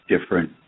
different